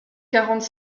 quarante